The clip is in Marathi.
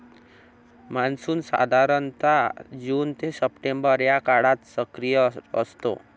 मान्सून साधारणतः जून ते सप्टेंबर या काळात सक्रिय असतो